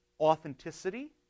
authenticity